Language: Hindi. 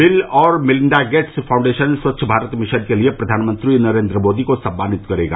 बिल और Melinda Gates foundation Swachh Bharat mission के लिए प्रधानमंत्री नरेन्द्र मोदी को सम्मानित करेगा